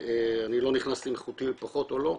ואני לא נכנס אם איכותי פחות או לא,